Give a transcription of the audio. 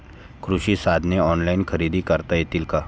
कृषी साधने ऑनलाइन खरेदी करता येतील का?